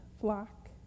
flock